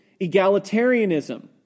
egalitarianism